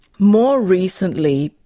more recently,